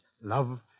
love